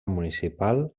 municipal